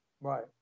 Right